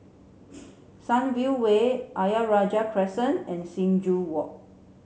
Sunview Way Ayer Rajah Crescent and Sing Joo Walk